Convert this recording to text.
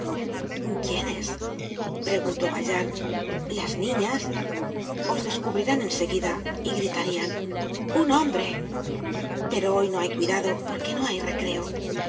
quiénes preguntó valjean las niñas os descubrirían en seguida y gritarian un hombre pero hoy no hay cuidado porque no hay recreo el